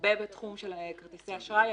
הרבה בתחום של כרטיסי אשראי,